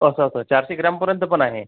असं असं चारशे ग्रॅमपर्यंत पण आहे